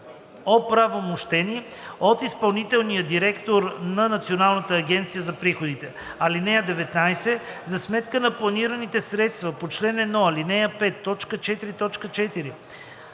оправомощени от изпълнителния директор на Националната агенция за приходите. (19) За сметка на планираните средства по чл. 1, ал. 5, т. 4.4.